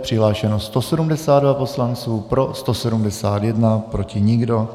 Přihlášeno 172 poslanců, pro 171, proti nikdo.